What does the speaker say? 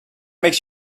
makes